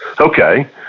okay